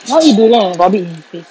why'd you do that and rub it in his face